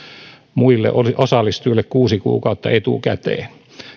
muille osallistujille kuusi kuukautta etukäteen